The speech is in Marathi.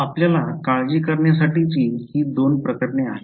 आम्हाला काळजी करण्यासाठीची ही 2 प्रकरणे आहेत